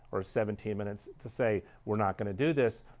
or seventeen minutes to say, we're not going to do this.